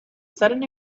sudden